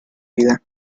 vida